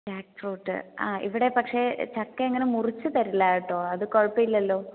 jackfruit ആ ഇവിടെ പക്ഷേ ചക്ക അങ്ങനെ മുറിച്ച് തരില്ല കേട്ടോ അത് കുഴപ്പമില്ലല്ലോ